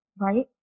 right